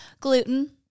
Gluten